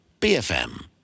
BFM